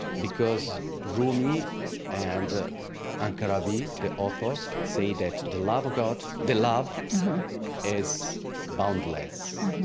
because rumi and ankaravi, the author, say that the love of god, the love is boundless.